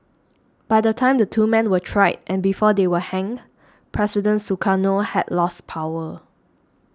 by the time the two men were tried and before they were hanged President Sukarno had lost power